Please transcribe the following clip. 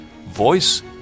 Voice